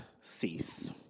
cease